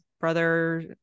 brother